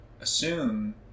assume